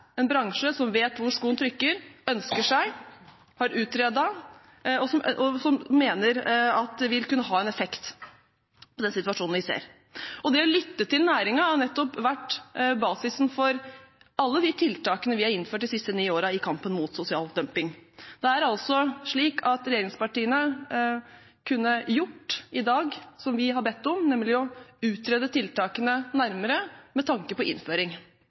en bransje som vet hvor skoen trykker, ønsker seg, har utredet og mener at vil kunne ha en effekt på den situasjonen vi ser. Det å lytte til næringen har nettopp vært basisen for alle de tiltakene vi har innført de siste ni årene i kampen mot sosial dumping. Regjeringspartiene kunne i dag gjort som vi har bedt om, nemlig å utrede tiltakene nærmere med tanke på innføring.